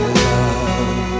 love